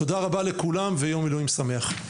תודה רבה לכולם, ויום מילואים שמח.